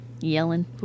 yelling